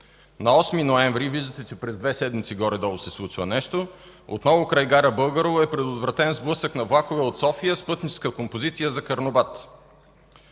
На 8 ноември 2014 г. – виждате, че през две седмици горе-долу се случва нещо, отново край гара Българово е предотвратен сблъсък на влакове от София с пътническа композиция за Карнобат.